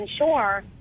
ensure